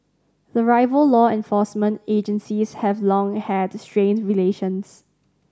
the rival law enforcement agencies have long had strained relations